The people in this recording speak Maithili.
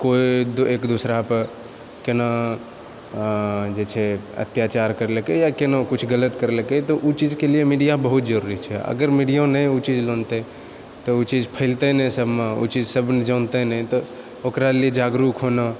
कोइ एक दूसरा पर केना जे छै अत्याचार करलकै या केना किछु गलत करलकै तऽ ओ चीजके लिअऽ मीडिया बहुत जरुरी छै अगर मीडिया नहि ओ चीज आनतै तऽ ओ चीज फैलतै नहि सबमे ओ चीज सब जानतै नहि तऽ ओकरा लिए जागरूक होना